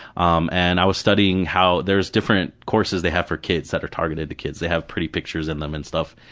um and i was studying how. there's different courses they have for kids, that are targeted for kids, they have pretty pictures in them and stuff.